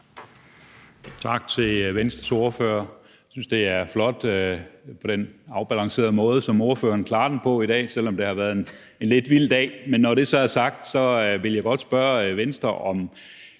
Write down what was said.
Tak til Venstres ordfører. Jeg synes, det er flot, at ordføreren klarer det på den afbalancerede måde, hun gør det i dag, selv om det har været en lidt vild dag. Men når det så er sagt, vil jeg godt spørge Venstres